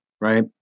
right